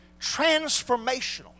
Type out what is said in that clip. transformational